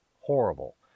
horrible